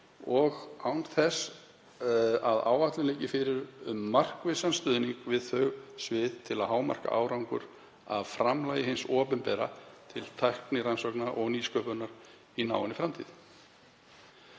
og án þess að áætlun liggi fyrir um markvissan stuðning við þau svið til að hámarka árangur af framlagi hins opinbera til tæknirannsókna og nýsköpunar í náinni framtíð.“